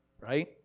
right